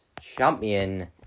Champion